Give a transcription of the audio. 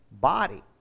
body